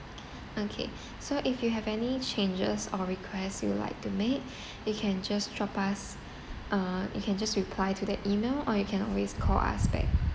okay so if you have any changes or request you would like to make you can just drop us uh you can just reply to the email or you can always call us back